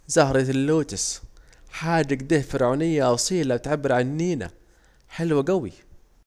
زهرة اللوتس، حاجة اكده فرعونية اصيلة وبتعبر عنينا، حاجة حلوة جوي